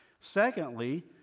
Secondly